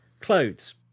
clothes